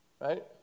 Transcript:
right